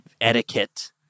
etiquette